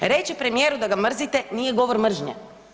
Reći premijeru da ga mrzite nije govor mržnje.